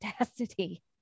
audacity